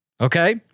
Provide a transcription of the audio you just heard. Okay